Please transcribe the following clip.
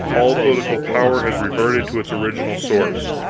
all political power has reverted to its original source,